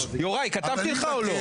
יוראי, כתבתי לך או לא?